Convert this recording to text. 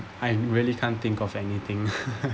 I really can't think of anything